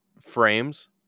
frames